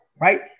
right